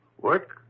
Work